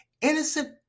innocent